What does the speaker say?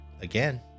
Again